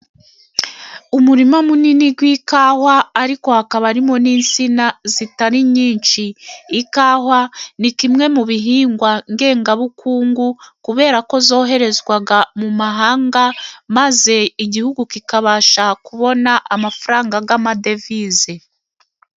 Umurima munini w'ikawa, ariko hakaba harimo n'insina zitari nyinshi. Ikawa ni kimwe mu bihingwa ngengabukungu, kubera ko zoherezwa mu mahanga, maze igihugu kikabasha kubona amafaranga y'amadevize.